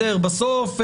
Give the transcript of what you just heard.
בואו,